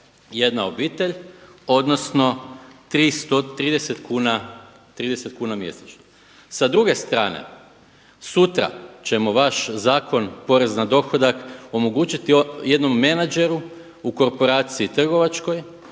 jedna obitelj odnosno 330 kuna, 30 kuna mjesečno. Sa druge strane, sutra ćemo vaš Zakon o porezu na dohodak omogućiti jednom menadžeru u korporaciji trgovačkoj